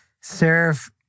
serve